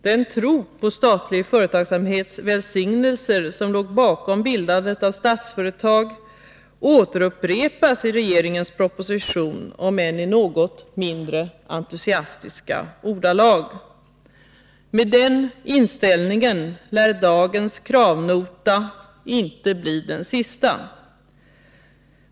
Den tro på statlig företagsamhets välsignelser som låg bakom bildandet av Statsföretag återupprepas i regeringens proposition om än i något mindre entusiastiska ordalag. Med den inställningen lär dagens kravnota inte bli den sista.